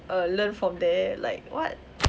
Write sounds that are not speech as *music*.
err learn from there like what *noise*